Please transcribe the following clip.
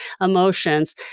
emotions